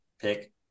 pick